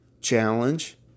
challenge